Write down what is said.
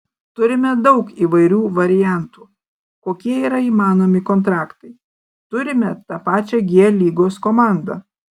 turime daug įvairių variantų kokie yra įmanomi kontraktai turime tą pačią g lygos komandą